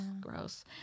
gross